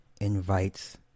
invites